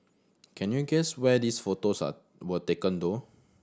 can you guess where these photos are were taken though